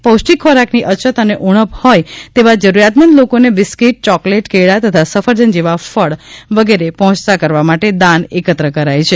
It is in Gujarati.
પૌષ્ટિક ખોરાકની અછત અને ઉણપ હોય તેવા જરૂરિયાતમંદ લોકોને બિસ્કીટ ચોકલેટ કેળા તથા સફરજન જેવા ફળ વગેરે પહોંચતા કરવા માટે દાન એકત્ર કરાય છે